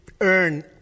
earn